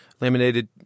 laminated –